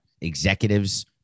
Executives